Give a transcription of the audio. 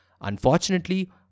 Unfortunately